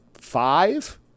five